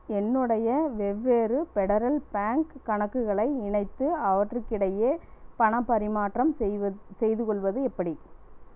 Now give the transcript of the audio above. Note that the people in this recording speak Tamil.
என்னுடைய வெவ்வேறு ஃபெடரல் பேங்க் கணக்குகளை இணைத்து அவற்றுக்கிடையே பணப் பரிமாற்றம் செய்துகொள்வது எப்படி